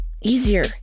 easier